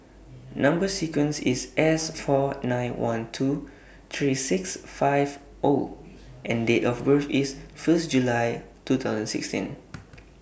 Number sequence IS S four nine one two three six five O and Date of birth IS First July two thousand sixteen